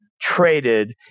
traded